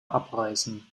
abreißen